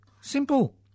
Simple